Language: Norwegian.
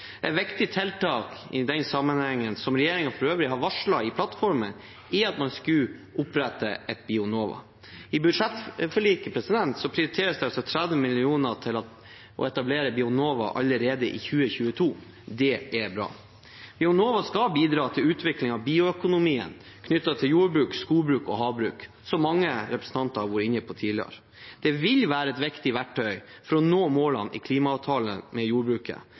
Et viktig tiltak i den sammenhengen, som regjeringen for øvrig har varslet i plattformen, er at man skulle opprette Bionova. I budsjettforliket prioriteres det 30 mill. kr til å etablere Bionova allerede i 2022. Det er bra. Bionova skal bidra til utvikling av bioøkonomien knyttet til jordbruk, skogbruk og havbruk, som mange representanter har vært inne på tidligere. Det vil være et viktig verktøy for å nå målene i klimaavtalen med jordbruket.